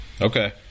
Okay